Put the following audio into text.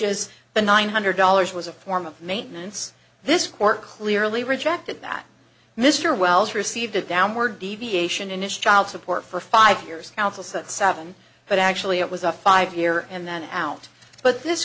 is the nine hundred dollars was a form of maintenance this court clearly rejected that mr wells received a downward deviation inish child support for five years counsels that seven but actually it was a five year and then out but this